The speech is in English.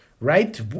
right